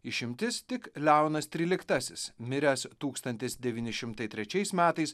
išimtis tik leonas tryliktasis miręs tūkstantis devyni šimtai trečiais metais